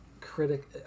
critic